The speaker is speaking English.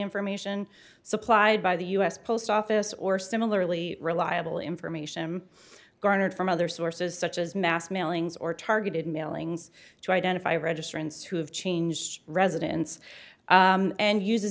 information supplied by the us post office or similarly reliable information i'm garnered from other sources such as mass mailings or targeted mailings to identify registrants who have changed residence and uses